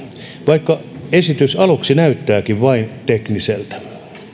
vaikka esitys aluksi näyttääkin vain tekniseltä